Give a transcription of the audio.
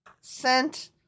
sent